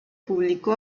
publicó